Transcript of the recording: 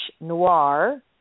noir